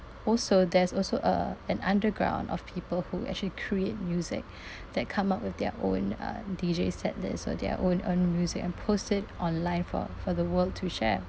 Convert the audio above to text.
also there's also uh an underground of people who actually create music that come up with their own uh D_J set list or their own own music and post it online for for the world to share